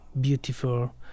beautiful